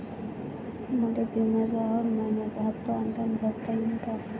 मले बिम्याचा हर मइन्याचा हप्ता ऑनलाईन भरता यीन का?